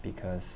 because